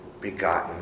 begotten